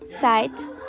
Site